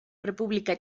república